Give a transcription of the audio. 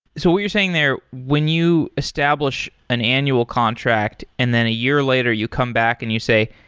so what you're saying there, when you establish an annual contract and then a year later you come back and you say,